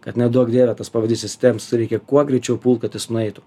kad neduok dieve tas pavadys įsitemps reikia kuo greičiau pult kad jis nueitų